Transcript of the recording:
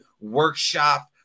workshop